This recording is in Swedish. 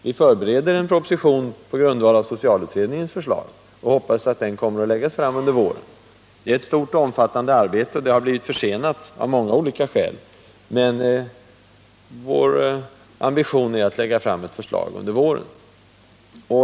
Vi förbereder en proposition på grundval av socialutredningens förslag, och jag hoppas att den kan läggas fram under våren. Det är ett stort och omfattande arbete, och det har blivit försenat av många skäl, men vår ambition är att lägga fram ett förslag under våren.